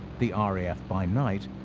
the ah raf by night,